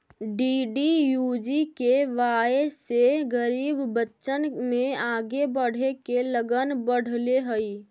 DDUGKY से गरीब बच्चन में आगे बढ़े के लगन बढ़ले हइ